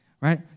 Right